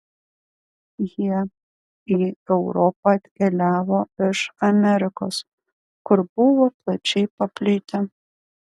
jie į europą atkeliavo iš amerikos kur buvo plačiai paplitę